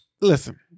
Listen